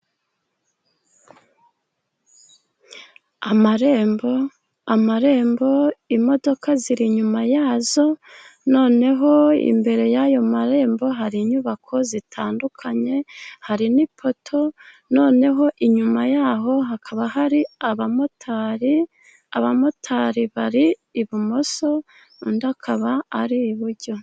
Amarembo, amarembo imodoka ziri inyuma yayo, noneho imbere y'ayo marembo hari inyubako zitandukanye, hari n'ipoto noneho inyuma yaho hakaba hari abamotari, abamotari bari ibumoso undi akaba ari iburyo.